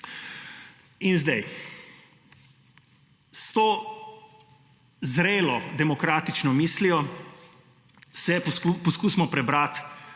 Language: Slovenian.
In zdaj, s to zrelo demokratično mislijo poizkusimo prebrati